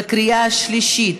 בקריאה שלישית.